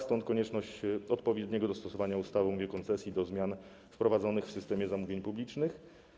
Stąd konieczność odpowiedniego dostosowania ustawy o umowie koncesji do zmian wprowadzonych w systemie zamówień publicznych.